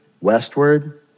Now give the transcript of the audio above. westward